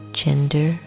gender